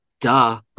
duh